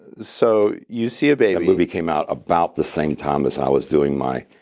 so you see a movie came out about the same time as i was doing my.